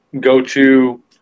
go-to